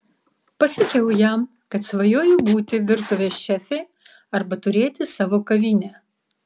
pasakiau jam kad svajoju būti virtuvės šefė arba turėti savo kavinę